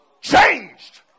changed